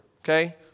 Okay